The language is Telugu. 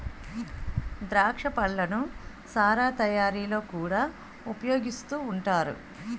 ద్రాక్ష పళ్ళను సారా తయారీలో కూడా ఉపయోగిస్తూ ఉంటారు